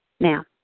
Now